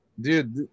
dude